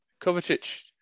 Kovacic